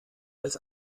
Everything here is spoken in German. als